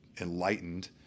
enlightened